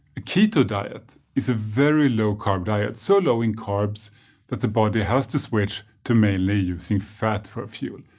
the keto diet is a very low-carb diet. so low in carbs that the body has to switch to mainly using fat for fuel.